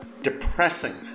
depressing